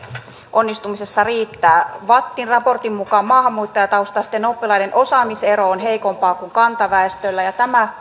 onnistumisessa riittää vattin raportin mukaan maahanmuuttajataustaisten oppilaiden osaaminen on heikompaa kuin kantaväestöllä ja tämä